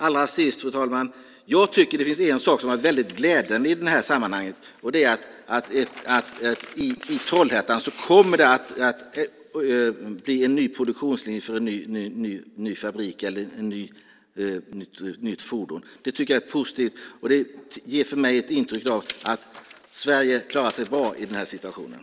Allra sist, fru talman, tycker jag att det finns en sak som är väldigt glädjande i det här sammanhanget, och det är att i Trollhättan kommer det att bli en ny produktionslinje för en ny fabrik eller ett nytt fordon. Det tycker jag är positivt, och det ger för mig intrycket att Sverige klarar sig bra i den här situationen.